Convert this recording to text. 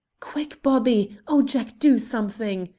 quick, bobby! oh, jack, do something!